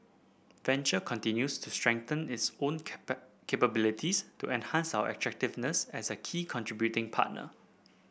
venture continues to strengthen its own cap capabilities to enhance our attractiveness as a key contributing partner